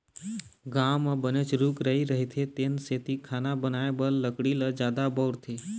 गाँव म बनेच रूख राई रहिथे तेन सेती खाना बनाए बर लकड़ी ल जादा बउरथे